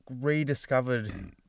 rediscovered